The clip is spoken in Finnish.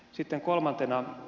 sitten kolmantena